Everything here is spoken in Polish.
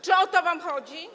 Czy o to wam chodzi?